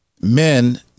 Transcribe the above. Men